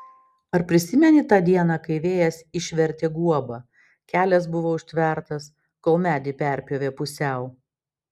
ar prisimeni tą dieną kai vėjas išvertė guobą kelias buvo užtvertas kol medį perpjovė pusiau